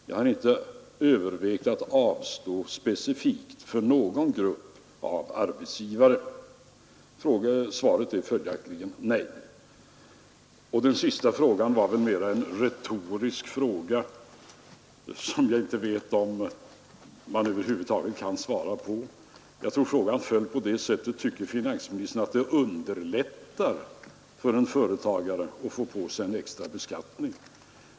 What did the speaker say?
Jag har inte övervägt att göra undantag för någon specifik grupp av arbetsgivare. Svaret är följaktligen nej. Den andra frågan var väl mera en retorisk fråga, som jag inte vet om man över huvud taget kan svara på. Jag tror att frågan föll så här: Tycker finansministern att det underlättar för en företagare att få på sig en extra beskattning?